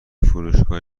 فروشگاه